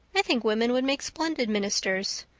i think women would make splendid ministers.